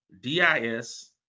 D-I-S